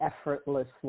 effortlessly